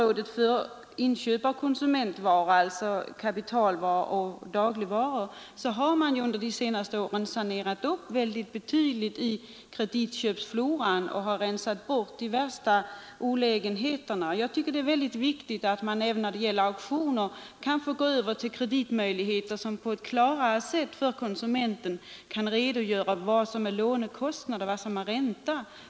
Vad beträffar kreditköp av konsumentvaror — kapitalvaror och dagligvaror — har man under de senaste åren sanerat i kreditfloran och rensat bort de värsta olägenheterna. Det är viktigt att även vid auktioner få använda kreditmöjligheter som på ett klarare sätt visar konsumenten vad som är lånekostnader och vad som är ränta.